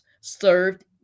served